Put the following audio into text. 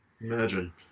Imagine